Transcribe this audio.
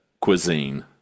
cuisine